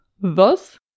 Thus